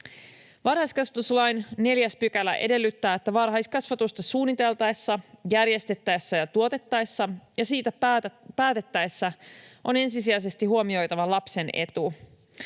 Varhaiskasvatuslain 4 § edellyttää, että varhaiskasvatusta suunniteltaessa, järjestettäessä ja tuotettaessa ja siitä päätettäessä on ensisijaisesti huomioitava lapsen etu.